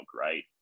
right